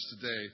today